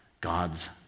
God's